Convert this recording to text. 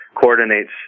coordinates